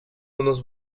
unos